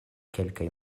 kelkaj